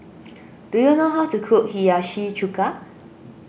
do you know how to cook Hiyashi Chuka